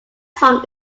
song